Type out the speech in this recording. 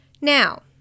Now